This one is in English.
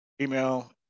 email